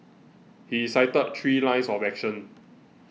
he cited three lines of action